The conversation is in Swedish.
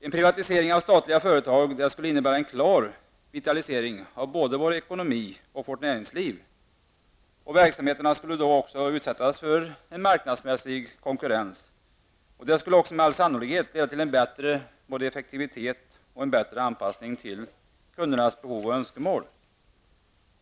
En privatisering av statliga företag skulle innebära en klar vitalisering av vår ekonomi och vårt näringsliv. Verksamheter skulle utsättas för marknadsmässig konkurrens. Detta skulle med all sannolikhet leda till både en bättre effektivitet och en bättre anpassning till kundernas behov och önskemål.